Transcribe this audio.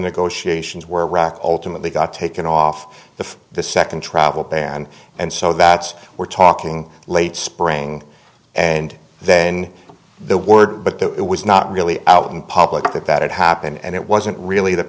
negotiations where iraq ultimately got taken off the the second travel ban and so that's we're talking late spring and then the word but that it was not really out in public that it happened and it wasn't really that